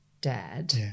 dad